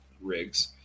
rigs